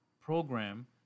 program